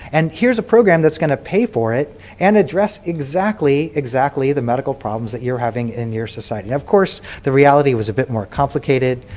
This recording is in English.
and here's a program that's going to pay for it and address exactly exactly the medical problems that you're having in your society. of course, the reality was a bit more complicated.